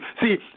See